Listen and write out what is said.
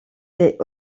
les